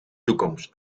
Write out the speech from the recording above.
toekomst